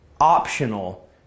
optional